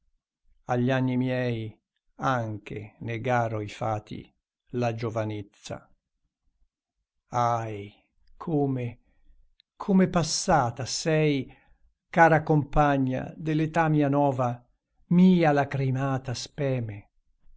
dolce agli anni miei anche negaro i fati la giovanezza ahi come come passata sei cara compagna dell'età mia nova mia lacrimata speme